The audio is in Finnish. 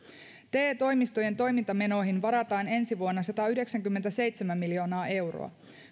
te toimistojen toimintamenoihin varataan ensi vuonna satayhdeksänkymmentäseitsemän miljoonaa euroa